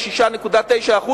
היא 6.9%,